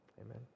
amen